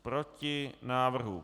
Proti návrhu.